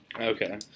Okay